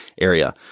area